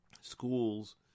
schools